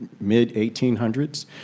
mid-1800s